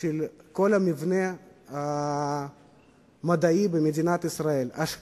של כל המבנה המדעי במדינת ישראל: השקעה,